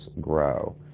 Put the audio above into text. grow